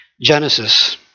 Genesis